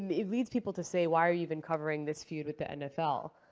it leads people to say, why are you even covering this feud with the nfl?